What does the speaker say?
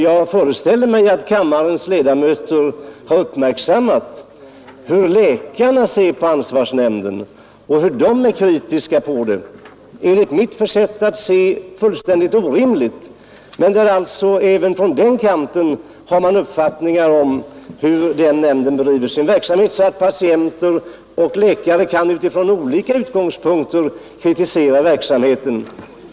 Jag föreställer mig att kammarens ledamöter uppmärksammat hur läkarna ser på ansvarsnämnden och hur de är kritiska mot den. Det är enligt mitt sätt att se fullständigt orimligt, men även från den kanten har man alltså uppfattningar om hur nämnden bedriver sin verksamhet. Patienter och läkare kan sålunda kritisera verksamheten från olika utgångspunkter.